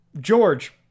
george